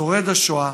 שורד השואה,